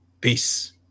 Peace